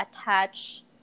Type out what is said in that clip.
attach